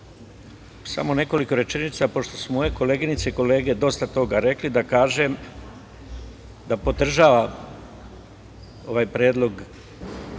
samo nekoliko rečenica pošto su moje koleginice i kolege dosta toga rekli da kažem da podržavam ovaj Predlog